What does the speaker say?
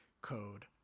code